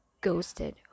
ghosted